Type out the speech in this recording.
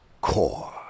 core